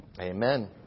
Amen